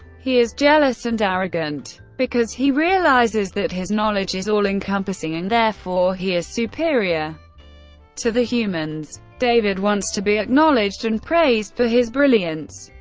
he is jealous and arrogant, because he realizes that his knowledge is all-encompassing, and therefore he is superior to the humans. david wants to be acknowledged and praised for his brilliance.